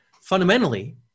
Fundamentally